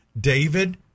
David